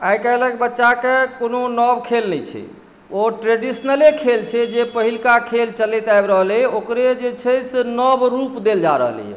आइकाल्हिक बच्चाकेँ कोनो नव खेल नहि छै ओ ट्रेडिशनले खेल छै जे पहिलका खेल चलैत आबि रहल अइ ओकरे जे छै से नव रूप देल जा रहलैए